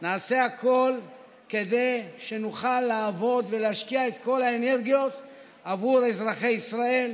נעשה הכול כדי שנוכל לעבוד ולהשקיע את כל האנרגיות עבור אזרחי ישראל,